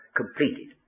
completed